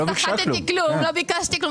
לא סחטתי כלום, לא ביקשתי כלום.